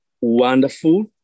wonderful